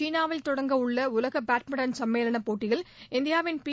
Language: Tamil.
சீனாவில் தொடங்கியுள்ள உலக பேட்மின்டன் சும்மேளனப் போட்டியில் இந்தியாவின் பி